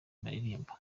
baririmba